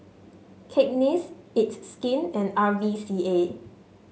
Cakenis It's Skin and R V C A